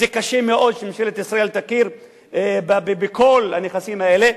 קשה מאוד שממשלת ישראל תכיר בכל הנכסים האלה,